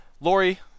Lori